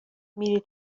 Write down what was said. میری